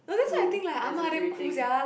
to excruciating